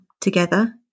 together